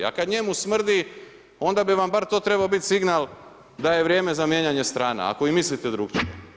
A kada njemu smrdi onda bi vam bar trebao to biti signal za je vrijeme za mijenjanje strana ako vi mislite drukčije.